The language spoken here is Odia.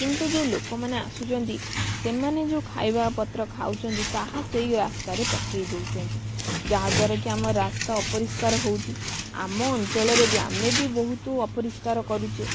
କିନ୍ତୁ ଯେଉଁ ଲୋକମାନେ ଆସୁଛନ୍ତି ସେମାନେ ଯେଉଁ ଖାଇବା ପତ୍ର ଖାଉଛନ୍ତି ତାହା ସେହି ରାସ୍ତାରେ ପକାଇ ଦେଉଛନ୍ତି ଯା ଦ୍ବାରା କି ଆମ ରାସ୍ତା ଅପରିଷ୍କାର ହେଉଛି ଆମ ଅଞ୍ଚଳରେ ବି ଆମେ ବି ବହୁତ ଅପରିଷ୍କାର କରୁଛେ